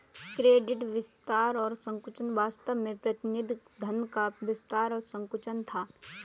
credit विस्तार और संकुचन वास्तव में प्रतिनिधि धन का विस्तार और संकुचन था